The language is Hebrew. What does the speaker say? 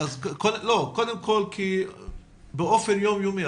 קודם כל באופן יומיומי,